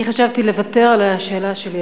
אני חשבתי לוותר על השאלה שלי,